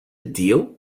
deal